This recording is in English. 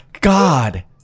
god